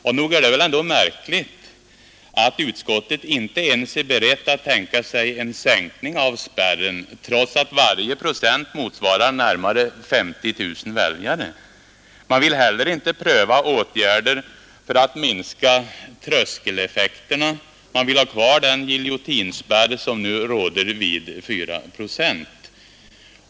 Och nog är det väl ändå märkligt att utskottet inte ens är berett att tänka sig en sänkning av spärren, trots att varje procent motsvarar närmare 50 000 väljare. Man vill heller inte pröva åtgärder för att minska tröskeleffekterna — man vill ha kvar den giljotinspärr som nu finns vid 4 procent.